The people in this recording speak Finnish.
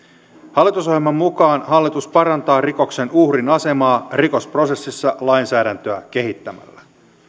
hallitusohjelman mukaan hallitus parantaa rikoksen uhrin asemaa rikosprosessissa lainsäädäntöä kehittämällä